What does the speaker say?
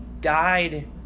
died